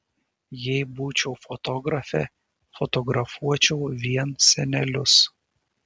jei būčiau fotografė fotografuočiau vien senelius